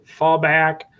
fallback